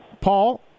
Paul